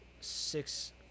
six